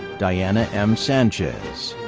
diana m. sanchez.